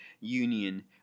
union